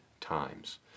times